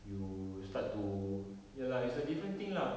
you start to ya lah it's a different thing lah